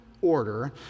order